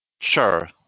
Sure